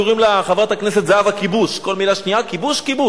קוראים לה "חברת הכנסת זהבה כיבוש"; כל מלה שנייה "כיבוש",